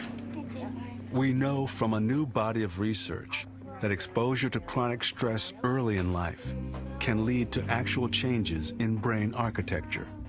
yeah we know from a new body of research that exposure to chronic stress early in life can lead to actual changes in brain architecture.